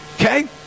Okay